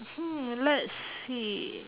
hmm let's see